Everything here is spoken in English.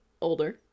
older